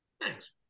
Thanks